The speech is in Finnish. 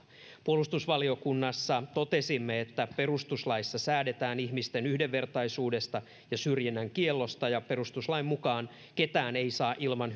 puolustusvaliokunnassa totesimme että perustuslaissa säädetään ihmisten yhdenvertaisuudesta ja syrjinnän kiellosta ja perustuslain mukaan ketään ei saa ilman